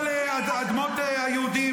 אדמה של מי זה?